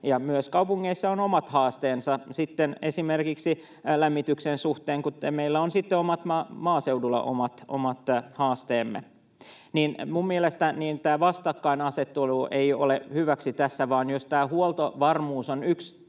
myös kaupungeissa on omat haasteensa esimerkiksi lämmityksen suhteen, kuten meillä on sitten maaseudulla omat haasteemme. Minun mielestäni vastakkainasettelu ei ole hyväksi tässä, vaan just tämä huoltovarmuus on yksi